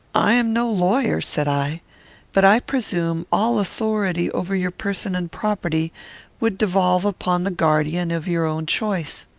i am no lawyer, said i but i presume all authority over your person and property would devolve upon the guardian of your own choice.